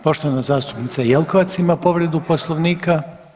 Poštovana zastupnica Jeklkovac ima povredu Poslovnika.